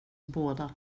båda